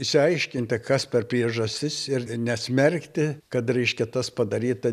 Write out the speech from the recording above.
išsiaiškinti kas per priežastis ir nesmerkti kad reiškia tas padaryta